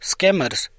Scammers